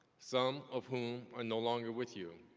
some of whom are no longer with you.